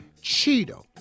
Cheeto